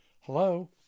Hello